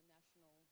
National